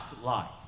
life